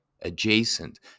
adjacent